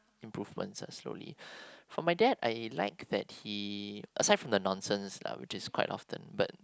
improvements ah slowly for my dad I like that he aside from the nonsense lah which is quite often but